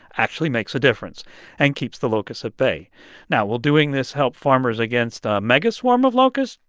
actually makes a difference and keeps the locusts at bay now, will doing this help farmers against a megaswarm of locusts?